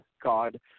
God